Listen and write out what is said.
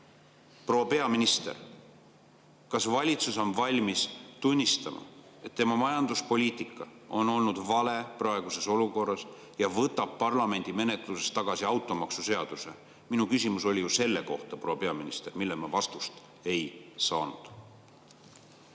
Proua peaminister, kas valitsus on valmis tunnistama, et tema majanduspoliitika on olnud praeguses olukorras vale, ja võtab parlamendi menetlusest tagasi automaksuseaduse? Minu küsimus oli selle kohta, proua peaminister. Sellele ma vastust ei saanud.